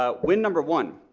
ah win number one,